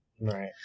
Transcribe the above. Right